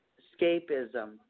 escapism